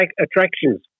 attractions